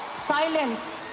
silence,